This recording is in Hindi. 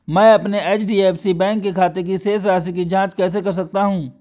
मैं अपने एच.डी.एफ.सी बैंक के खाते की शेष राशि की जाँच कैसे कर सकता हूँ?